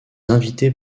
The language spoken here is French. invités